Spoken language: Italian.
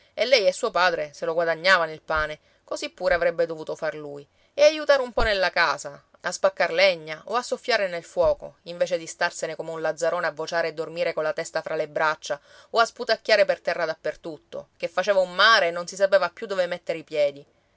e lei e suo padre se lo guadagnavano il pane così pure avrebbe dovuto far lui e aiutare un po nella casa a spaccar legna o a soffiare nel fuoco invece di starsene come un lazzarone a vociare e dormire colla testa fra le braccia o a sputacchiare per terra dappertutto che faceva un mare e non si sapeva più dove mettere i piedi